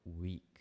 week